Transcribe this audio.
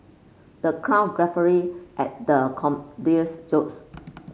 the crowd guffawed at the comedian's jokes